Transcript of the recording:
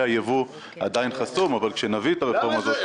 הייבוא עדיין חסום אבל כשנביא את הרפורמה הזאת